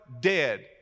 dead